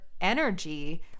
energy